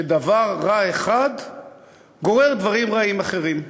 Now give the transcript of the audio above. שדבר רע אחד גורר דברים רעים אחרים.